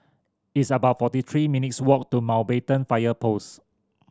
it's about forty three minutes' walk to Mountbatten Fire Post